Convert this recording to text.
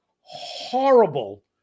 horrible